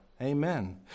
Amen